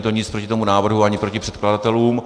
Není to nic proti tomu návrhu ani proti předkladatelům.